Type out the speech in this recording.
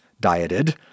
dieted